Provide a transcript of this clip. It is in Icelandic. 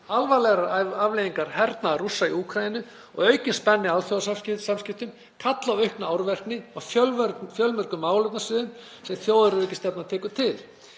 alvarlegar afleiðingar hernaðar Rússa í Úkraínu og aukin spenna í alþjóðasamskiptum kalli á aukna árvekni á fjölmörgum málefnasviðum sem þjóðaröryggisstefnan tekur til.